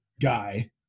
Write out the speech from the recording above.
guy